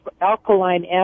alkaline